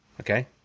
Okay